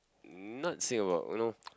not Singapore you know